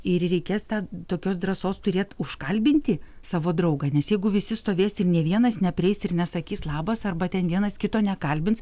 ir reikės tą tokios drąsos turėt užkalbinti savo draugą nes jeigu visi stovės ir nė vienas neprieis ir nesakys labas arba ten vienas kito nekalbins